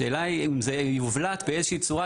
השאלה אם זה יובלט באיזושהי צורה,